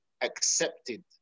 accepted